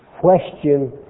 question